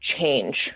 change